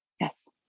Yes